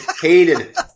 hated